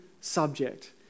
subject